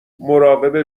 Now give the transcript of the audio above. مراقب